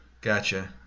gotcha